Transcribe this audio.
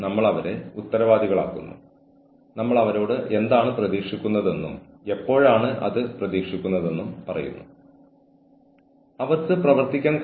അതിനാൽ തന്റെ മേലുദ്യോഗസ്ഥരുടെയോ സമപ്രായക്കാരുടെയോ പെരുമാറ്റത്താൽ ജീവനക്കാരന് ഭീഷണി അനുഭവപ്പെടുകയും അവരുടെ ആത്മവിശ്വാസം കുറയ്ക്കുകയും സമ്മർദ്ദം ചെലുത്തുകയും ചെയ്യുന്ന ഏതൊരു സാഹചര്യത്തെയും ജോലിസ്ഥലത്തെ ഭീഷണിപ്പെടുത്തൽ എന്ന് വിളിക്കുന്നു